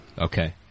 Okay